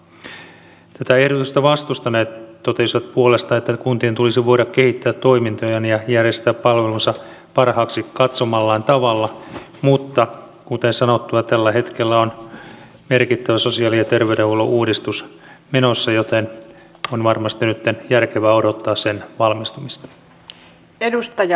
tätä ehdotusta vastustaneet totesivat puolestaan että kuntien tulisi voida kehittää toimintojaan ja järjestää palvelunsa parhaaksi katsomallaan tavalla mutta kuten sanottua tällä hetkellä on merkittävä sosiaali ja terveydenhuollon uudistus menossa joten on varmasti nyt järkevää odottaa sen valmistumista